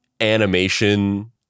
animation